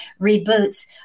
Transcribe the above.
reboots